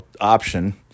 option